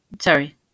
Sorry